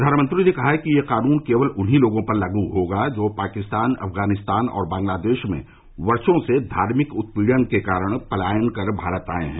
प्रधानमंत्री ने कहा कि यह कानून केवल उन्हीं लोगों पर लागू होगा जो पाकिस्तान अफगानिस्तान और बांगलादेश में वर्षो से धार्मिक उत्पीड़न के कारण पलायन कर भारत आए हैं